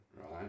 right